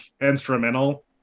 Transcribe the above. instrumental